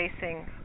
facing